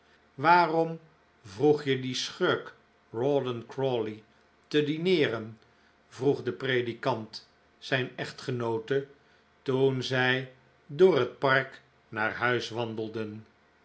waarom vroeg je dien schurk rawdon crawley te dineeren vroeg de predikant zijn echtgenoote toen zij door het park naar huis wandelden